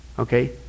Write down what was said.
Okay